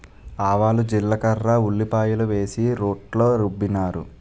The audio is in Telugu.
ఆవాలు జీలకర్ర ఉల్లిపాయలు వేసి రోట్లో రుబ్బినారు